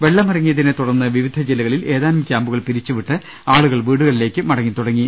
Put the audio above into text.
വെള്ളമിറങ്ങിയതിനെത്തുടർന്ന് വിവിധ ജില്ലകളിൽ ഏതാനും ക്യാമ്പുകൾ പിരിച്ചുവിട്ട് ആളുകൾ വീടുകളിലേക്ക് മടങ്ങിത്തുടങ്ങി